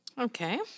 Okay